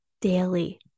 daily